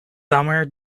summer